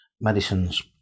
medicines